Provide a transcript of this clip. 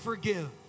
forgive